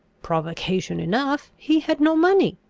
provocation enough. he had no money.